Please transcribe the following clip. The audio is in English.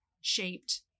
shaped